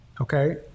Okay